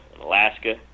Alaska